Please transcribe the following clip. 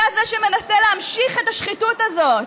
אתה זה שמנסה להמשיך את השחיתות הזאת.